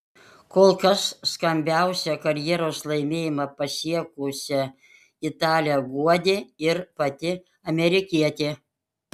kol kas skambiausią karjeros laimėjimą pasiekusią italę guodė ir pati amerikietė